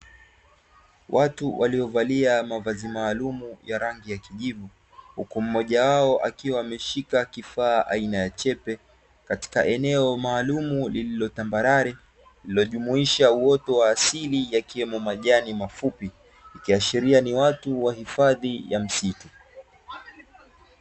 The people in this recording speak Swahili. Watu waliovalia mavazi maalumu ya rangi ya kijivu, huku mmoja wao akiwa ameshika kifaa aina ya chepe, katika eneo maalumu lililo tambarare, lililojumuisha uoto wa asili yakiwemo majani mafupi, ikiashiria ni watu wa hifadhi ya misitu.